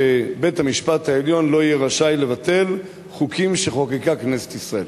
שבית-המשפט העליון לא יהיה רשאי לבטל חוקים שחוקקה כנסת ישראל.